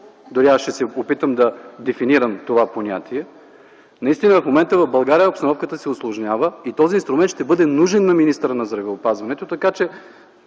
дори аз ще се опитам да дефинирам това понятие, наистина в момента в България обстановката се усложнява и този инструмент ще бъде нужен на министъра на здравеопазването, така че